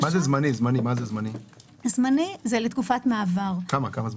זה לתקופת מעבר של